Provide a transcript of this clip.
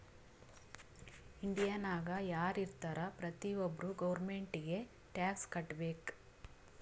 ಇಂಡಿಯಾನಾಗ್ ಯಾರ್ ಇರ್ತಾರ ಪ್ರತಿ ಒಬ್ಬರು ಗೌರ್ಮೆಂಟಿಗಿ ಟ್ಯಾಕ್ಸ್ ಕಟ್ಬೇಕ್